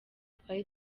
twari